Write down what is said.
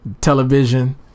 television